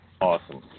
Awesome